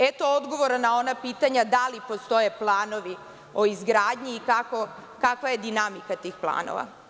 Eto odgovora na ona pitanja da li postoje planovi o izgradnji i kakva je dinamika tih planova.